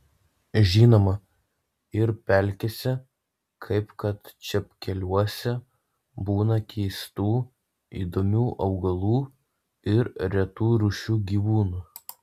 žinoma ir pelkėse kaip kad čepkeliuose būna keistų įdomių augalų ir retų rūšių gyvūnų